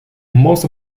most